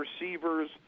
receivers